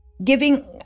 giving